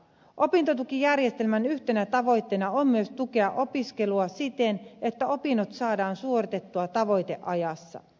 opintotukijärjestelmän yhtenä tavoitteena on myös tukea opiskelua siten että opinnot saadaan suoritettua tavoiteajassa